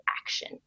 action